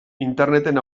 interneten